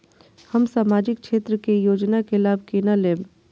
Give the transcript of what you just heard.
हम सामाजिक क्षेत्र के योजना के लाभ केना लेब?